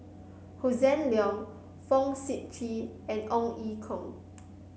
Hossan Leong Fong Sip Chee and Ong Ye Kung